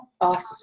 Awesome